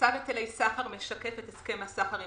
צו היטלי סחר משקף את הסכם הסחר עם